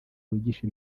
wigisha